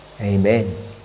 Amen